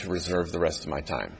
to reserve the rest of my time